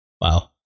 wow